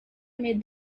made